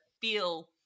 feel